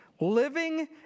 Living